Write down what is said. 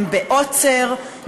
הם בעוצר,